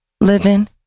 living